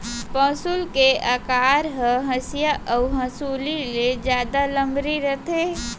पौंसुल के अकार ह हँसिया अउ हँसुली ले जादा लमरी रथे